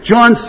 John